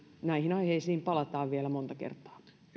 näihin aiheisiin palataan vielä monta kertaa